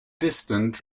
distant